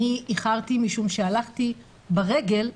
איחרתי משום שהלכתי ברגל,